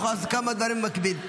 היא יכולה לעשות כמה דברים במקביל.